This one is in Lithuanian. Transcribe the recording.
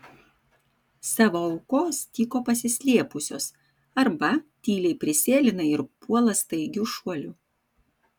savo aukos tyko pasislėpusios arba tyliai prisėlina ir puola staigiu šuoliu